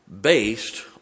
based